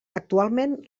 actualment